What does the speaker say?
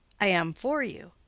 am for you.